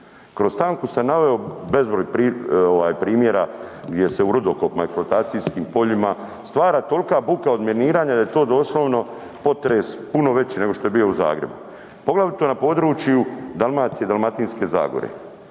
Kroz stanku sam naveo bezbroj ovaj primjera gdje se u rudokopima, eksploatacijskim poljima stvara tolika buka od miniranja da je to doslovno potres puno veći nego što je bio Zagrebu, poglavito na području Dalmacije i Dalmatinske zagore